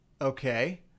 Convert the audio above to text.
okay